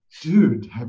dude